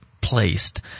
placed